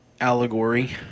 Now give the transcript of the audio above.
allegory